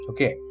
Okay